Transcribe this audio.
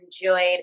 enjoyed